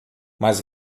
mas